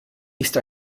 ist